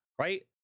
Right